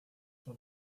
sur